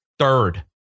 Third